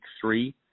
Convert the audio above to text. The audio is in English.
three